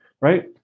right